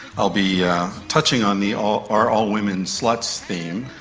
i'll be yeah touching on the are are all women sluts theme.